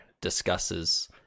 discusses